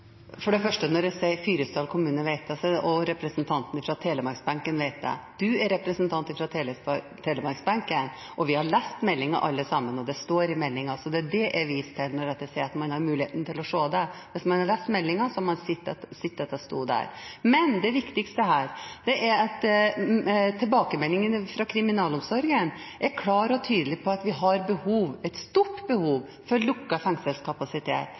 For det første: Når jeg sier at Fyresdal kommune og representantene på Telemarksbenken vet dette – og du er representant på Telemarksbenken – er det fordi vi har lest meldingen alle sammen, det står i meldingen. Det er det jeg viser til når jeg sier at man har muligheten til å se det. Hvis man har lest meldingen, så har man sett at det sto der. Men det viktigste her er at tilbakemeldingene fra kriminalomsorgen er klare og tydelige på at vi har behov – et stort behov – for lukket fengselskapasitet.